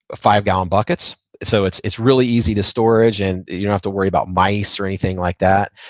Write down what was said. five-gallon buckets. so it's it's really easy to storage, and you don't have to worry about mice or anything like that.